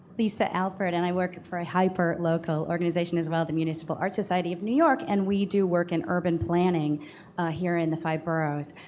lisa albert. and i work for a hyper local organization as well, the municipal art society of new york. and we do work in urban planning here in the five boroughs.